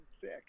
sick